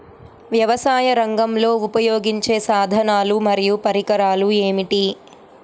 వ్యవసాయరంగంలో ఉపయోగించే సాధనాలు మరియు పరికరాలు ఏమిటీ?